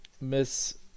Miss